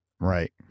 Right